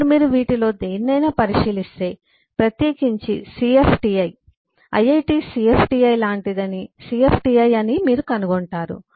ఇప్పుడు మీరు వీటిలో దేనినైనా పరిశీలిస్తే ప్రత్యేకించి సిఎఫ్టిఐ ఐఐటి సిఎఫ్టిఐ లాంటిదని సిఎఫ్టిఐ అని మీరు కనుగొంటారు